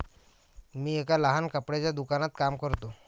मी एका लहान कपड्याच्या दुकानात काम करतो